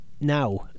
now